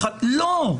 לא.